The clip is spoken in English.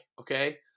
okay